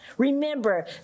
Remember